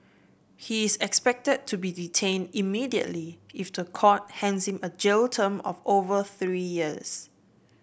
he is expected to be detained immediately if the court hands him a jail term of over three years